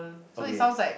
okay